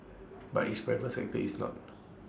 but its private sector is not